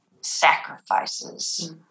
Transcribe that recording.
sacrifices